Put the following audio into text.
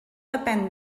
depèn